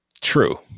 True